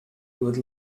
could